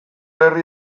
herri